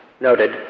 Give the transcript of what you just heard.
noted